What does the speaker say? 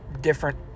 different